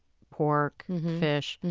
pork, fish,